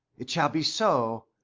it shall be so,